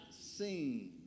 seen